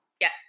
Yes